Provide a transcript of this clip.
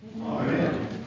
Amen